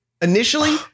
Initially